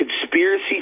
conspiracy